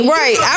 right